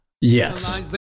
Yes